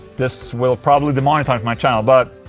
this will probably demonetize my channel, but.